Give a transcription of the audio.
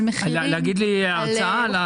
לתת לי הרצאה?